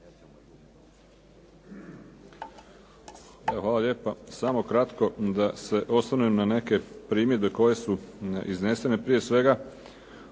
hvala lijepa. Samo kratko da se osvrnem na neke primjedbe koje su iznesene. Prije svega